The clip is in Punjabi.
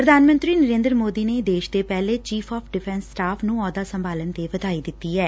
ਪ੍ਰਧਾਨ ਮੰਤਰੀ ਨਰੇਂਦਰ ਸੋਦੀ ਨੇ ਦੇਸ਼ ਦੇ ਪਹਿਲੇ ਚੀਫ਼ ਆਫ਼ ਡਿਫੈਂਸ ਸਟਾਫ਼ ਨੂੰ ਅਹੁਦਾ ਸੰਭਾਲਣ ਤੇ ਵਧਾਈ ਦਿੱਡੀ ਐ